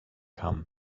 come